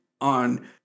on